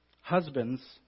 Husbands